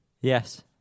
Yes